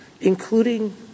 including